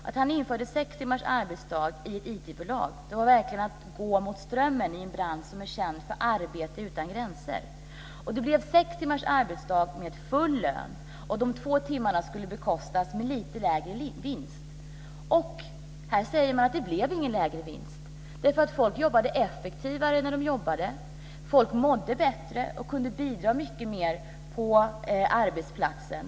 Att införa sex timmars arbetsdag i ett IT-bolag var verkligen att gå emot strömmen i en bransch som är känd för arbete utan gränser. Det blev sex timmars arbetsdag med full lön, och de två timmarna skulle bekostas med lite lägre vinst. Men nu säger man att det blev ingen lägre vinst. Folk jobbade effektivare när de jobbade; folk mådde bättre och kunde bidra mycket mer på arbetsplatsen.